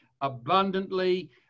abundantly